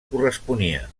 corresponia